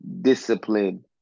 discipline